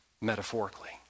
metaphorically